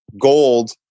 gold